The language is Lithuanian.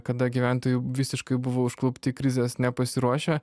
kada gyventojai visiškai buvo užklupti krizės nepasiruošę